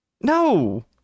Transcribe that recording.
No